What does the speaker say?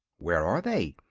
where are they?